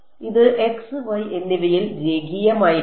ഇത് x y എന്നിവയിൽ രേഖീയമായിരിക്കണം